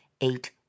eight